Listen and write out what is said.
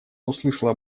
услышала